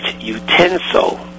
utensil